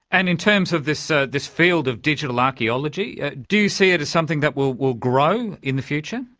and in terms of this ah this field of digital archaeology, do you see it as something that will will grow in the future?